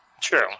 True